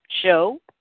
show